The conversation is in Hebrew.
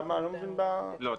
יש